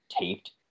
taped